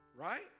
right